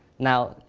now,